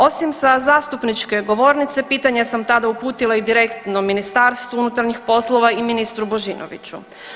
Osim sa zastupničke govornice pitanje sam tada uputila i direktno Ministarstvu unutarnjih poslova i ministru Božinoviću.